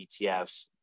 ETFs